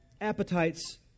appetites